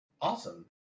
Awesome